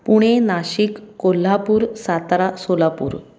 Pune Nashik Kolhapur Satara Solapur